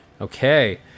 Okay